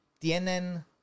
tienen